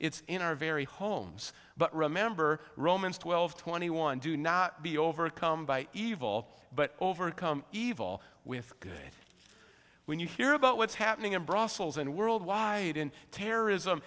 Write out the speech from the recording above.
it's in our very homes but remember romans twelve twenty one do not be overcome by evil but overcome evil with good when you hear about what's happening in brussels and worldwide in terrorism